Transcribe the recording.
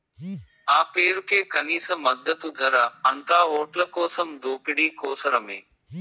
ఆ పేరుకే కనీస మద్దతు ధర, అంతా ఓట్లకోసం దోపిడీ కోసరమే